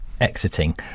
exiting